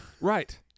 Right